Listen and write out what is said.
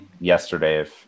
yesterday